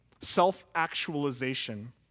Self-actualization